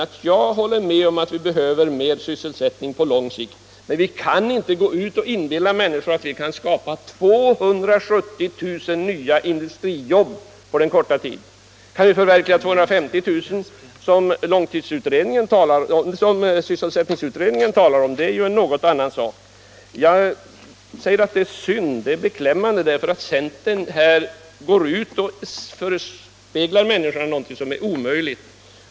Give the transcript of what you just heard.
Jag har hela tiden hållit med om att vi behöver mer sysselsättning på lång sikt men jag har också sagt att vi inte skall inbilla människor att vi kan skapa 270 000 nya industrijobb på den korta tid som det gäller. Att skaffa fram de 250 000 jobb som sysselsättningsutredningen talar om är ju en något annan sak. Det är beklämmande att centern här förespeglar människorna något som är omöjligt.